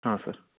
ಹಾಂ ಸರ್